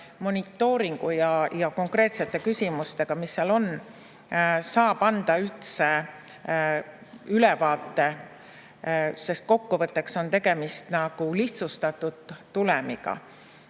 monitooringu ja konkreetsete küsimustega, mis seal on, saab ikka anda ülevaate, sest kokkuvõttes on tegemist nagu lihtsustatud tulemiga.